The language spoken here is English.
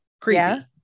creepy